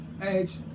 Edge